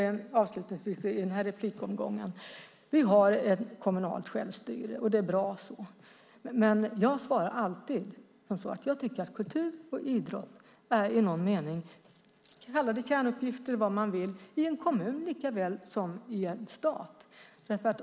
Avslutningsvis: Vi har ett kommunalt självstyre, och det är bra. Men jag svarar alltid att jag tycker att kultur och idrott i någon mening är kärnuppgifter eller vad man vill kalla det i en kommun likaväl som i en stat.